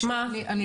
באינטרנט.